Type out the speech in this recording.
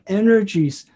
energies